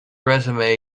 resume